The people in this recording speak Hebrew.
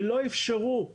שלא אפשרו השקעה,